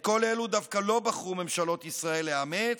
את כל אלו דווקא לא בחרו ממשלות ישראל לאמץ,